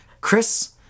Chris